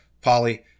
Polly